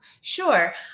Sure